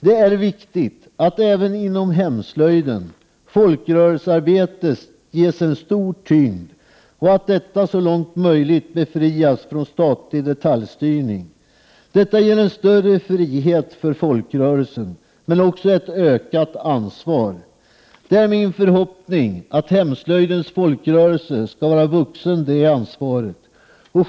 Det är viktigt att även inom hemslöjden folkrörelsearbetet ges en stor tyngd och att detta så långt möjligt befrias från statlig detaljstyrning. Detta ger en större frihet för folkrörelsen, men också ett ökat ansvar. Det är min förhoppning att hemslöjdens folkrörelse skall vara vuxen det ansvaret.